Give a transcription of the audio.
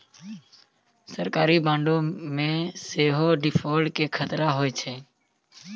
सरकारी बांडो मे सेहो डिफ़ॉल्ट के खतरा होय छै